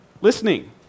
listening